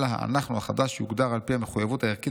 אלא ה'אנחנו' החדש יוגדר על פי המחויבות הערכית